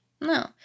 No